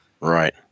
Right